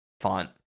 font